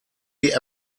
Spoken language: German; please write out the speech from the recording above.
die